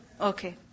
Okay